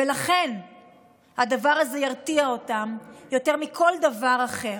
ולכן הדבר הזה ירתיע אותם יותר מכל דבר אחר.